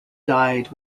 died